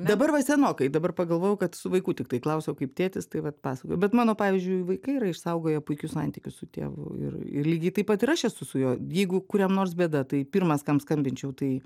dabar va senokai dabar pagalvojau kad su vaiku tiktai klausiau kaip tėtis tai vat pasakojo bet mano pavyzdžiui vaikai yra išsaugoję puikius santykius su tėvu ir ir lygiai taip pat ir aš esu su juo jeigu kuriam nors bėda tai pirmas kam skambinčiau tai